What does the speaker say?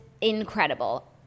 incredible